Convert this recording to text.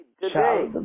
today